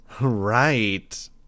Right